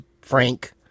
Frank